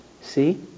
See